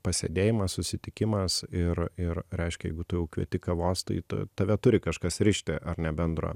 pasėdėjimas susitikimas ir ir reiškia jeigu tu jau kvieti kavos tai tu tave turi kažkas rišti ar ne bendro